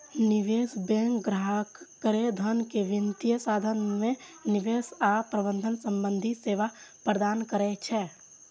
निवेश बैंक ग्राहक केर धन के वित्तीय साधन मे निवेश आ प्रबंधन संबंधी सेवा प्रदान करै छै